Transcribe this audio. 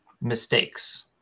mistakes